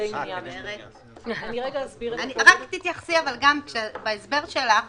רק תתייחסי בהסבר שלך